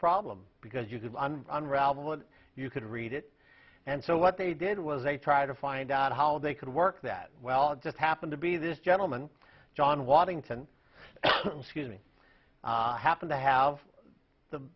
problem because you could unravel it you could read it and so what they did was they try to find out how they could work that well it just happened to be this gentleman john washington scuse me happen to have the